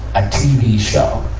a tv show,